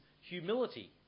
humility